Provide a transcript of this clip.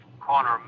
Corner